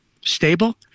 stable